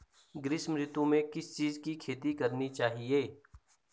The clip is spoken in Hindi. ग्रीष्म ऋतु में किस चीज़ की खेती करनी चाहिये?